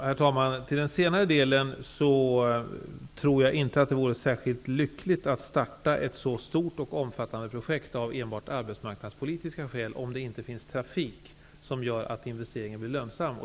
Herr talman! Vad gäller den senare delen tror jag inte att det vore särskilt lyckligt att starta ett så stort och omfattande projekt av enbart arbetsmarknadspolitiska skäl, om det inte finns trafik som gör att investeringen blir lönsam.